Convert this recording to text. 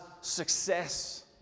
success